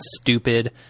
stupid